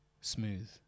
smooth